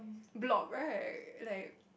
blob right like